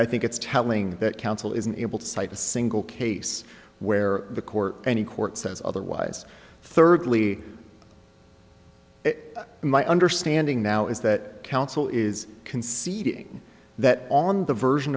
i think it's telling that counsel isn't able to cite a single case where the court any court says otherwise thirdly it my understanding now is that counsel is conceding that on the version